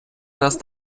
нас